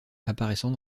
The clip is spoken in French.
apparaissant